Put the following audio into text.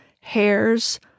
hairs